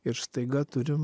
ir staiga turim